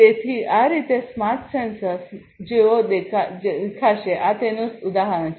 તેથી આ રીતે સ્માર્ટ સેન્સર સ્માર્ટ સેન્સર જેવો દેખાશે આ તેનું ઉદાહરણ છે